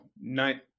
nine